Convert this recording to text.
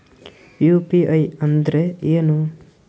UPI ಅಂದ್ರೆ ಏನು?